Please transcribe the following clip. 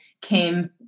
came